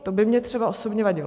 To by mně třeba osobně vadilo.